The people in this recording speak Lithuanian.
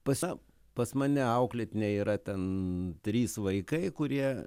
pasą pas mane auklėtiniai yra ten trys vaikai kurie